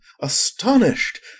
astonished